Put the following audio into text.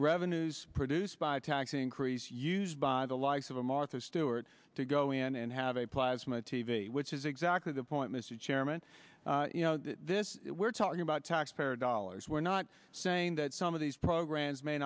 revenues produced by tax increase used by the likes of a martha stewart to go in and have a plasma t v which is exactly the point mr chairman you know this we're talking about taxpayer dollars we're not saying that some of these programs may